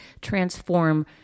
transform